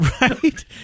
right